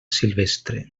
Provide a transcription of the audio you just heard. silvestre